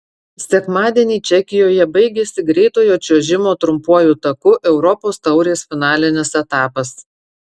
sekmadienį čekijoje baigėsi greitojo čiuožimo trumpuoju taku europos taurės finalinis etapas